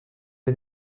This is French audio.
est